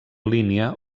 línia